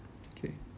K